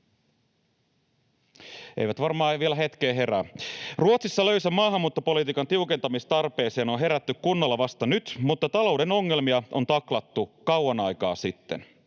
Eivät varmaan vielä hetkeen herää. Ruotsissa löysän maahanmuuttopolitiikan tiukentamistarpeeseen on herätty kunnolla vasta nyt, mutta talouden ongelmia on taklattu kauan aikaa sitten.